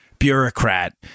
bureaucrat